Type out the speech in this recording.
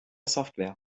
software